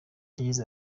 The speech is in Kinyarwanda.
yagize